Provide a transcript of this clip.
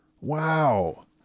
Wow